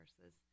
versus